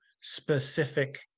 specific